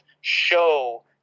show